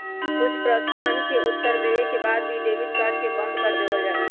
कुछ प्रश्नवन के उत्तर देवे के बाद में डेबिट कार्ड के बंद कर देवल जाहई